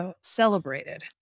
celebrated